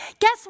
Guess